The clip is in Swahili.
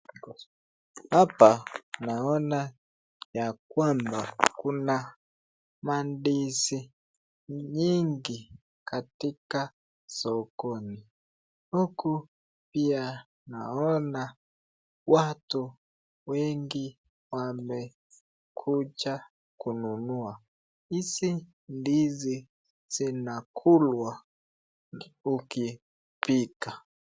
Hapa naona ya kwamba kuna mandizi nyingi katika sokoni, huku pia naona watu wengi wamekuja kununua, hizi ndizi zinakulwa ukipika.